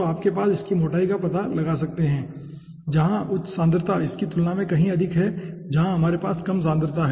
तो आप इसकी मोटाई का पता लगा सकते हैं जहां उच्च सांद्रता इस की तुलना में कहीं अधिक है जहां हमारे पास कम सांद्रता है